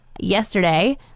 yesterday